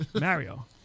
Mario